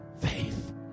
faith